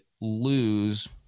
lose